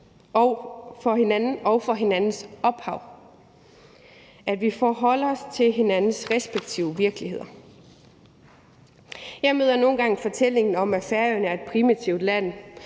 og for hinandens ophav, at vi forholder os til hinandens respektive virkeligheder. Jeg møder nogle gange fortællingen om, at Færøerne er et primitivt land,